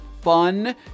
Fun